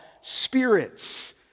spirits